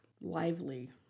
lively